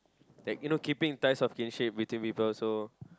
like you know keeping in ties of kinship between people so